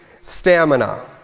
stamina